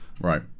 right